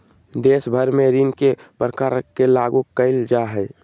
देश भर में ऋण के प्रकार के लागू क़इल जा हइ